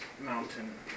mountain